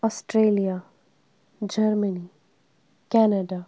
Australia Germany Canada